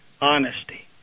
honesty